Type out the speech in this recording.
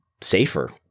safer